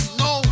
no